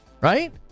right